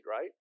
right